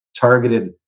targeted